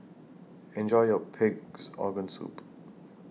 Enjoy your Pig'S Organ Soup